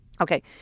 Okay